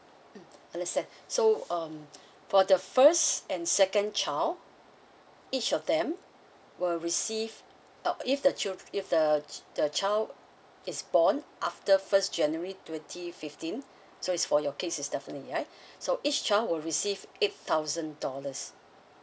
mm understand so um for the first and second child each of them will receive uh if the child~ if the the child is born after first january twenty fifteen so is for your case is definitely ya so each child will receive eight thousand dollars